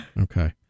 okay